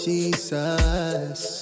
Jesus